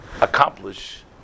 accomplish